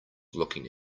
looking